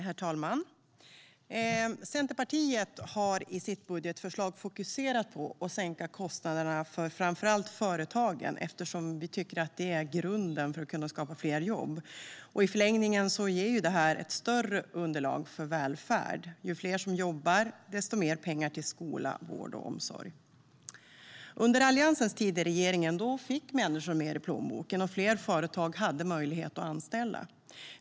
Herr talman! Centerpartiet har i sitt budgetförslag fokuserat på att sänka kostnaderna för framför allt företagen. Vi tycker att det är grunden för att kunna skapa fler jobb. I förlängningen ger det också ett större underlag för välfärd. Ju fler som jobbar, desto mer pengar blir det till skola, vård och omsorg. Under Alliansens tid i regeringen fick människor mer pengar i plånboken, och fler företag hade möjlighet att anställa.